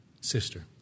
sister